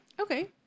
okay